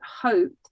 hope